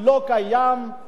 גברתי היושבת-ראש,